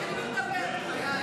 אין עם מי לדבר, בחיי.